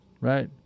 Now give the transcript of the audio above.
right